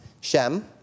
Shem